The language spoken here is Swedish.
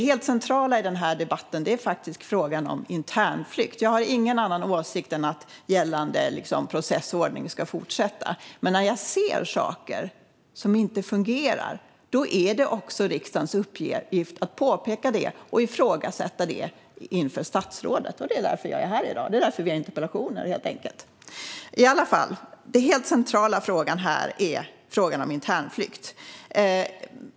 Jag har ingen annan åsikt än att gällande processordning ska fortsätta, men när jag ser saker som inte fungerar är det min uppgift som riksdagsledamot att påpeka det och ifrågasätta det inför statsrådet. Det är därför jag är här i dag. Det är därför vi har interpellationer, helt enkelt. Det helt centrala här är frågan om internflykt.